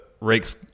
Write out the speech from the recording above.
rakes